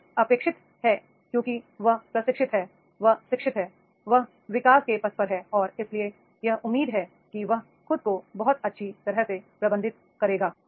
यह अपेक्षित है क्योंकि वह प्रशिक्षित है वह शिक्षित है वह विकास के पथ पर है और इसलिए यह उम्मीद है कि वह खुद को बहुत अच्छी तरह से प्रबंधित करेगा